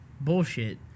bullshit